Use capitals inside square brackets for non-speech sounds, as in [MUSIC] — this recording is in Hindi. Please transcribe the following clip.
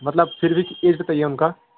मतलब फिर भी किस [UNINTELLIGIBLE]